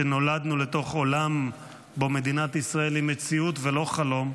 שנולדנו לתוך עולם שבו מדינת ישראל היא מציאות ולא חלום,